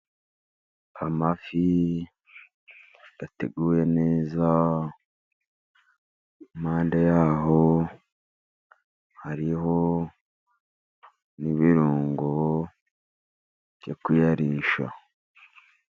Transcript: Amafi ateguye neza, impande yaho hariho n'ibirungo byo kuyarisha.